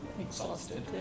exhausted